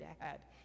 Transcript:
dad